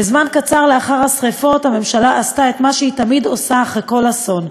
וזמן קצר לאחר השרפות הממשלה עשתה את מה שהיא תמיד עושה אחרי כל אסון,